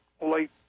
late